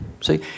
See